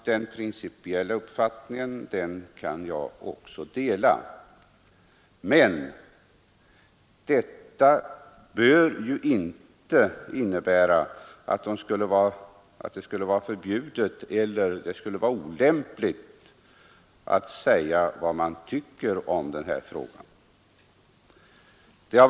Den principiella inställningen kan också jag dela, men detta bör ju inte innebära att det skulle vara förbjudet eller olämpligt att säga vad man tycker om denna fråga.